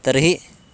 तर्हि